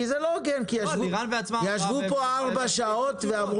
כי ישבו פה במשך ארבע שעות ואמרו.